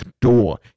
door